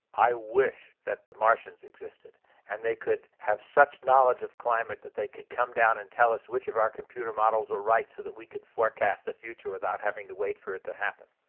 i wish that the martians existed and they could have such knowledge of climate that they could come down and tell us which of our computer models were right so that we could forecast the future without having to wait for it to happen.